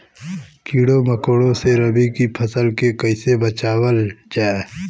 कीड़ों मकोड़ों से रबी की फसल के कइसे बचावल जा?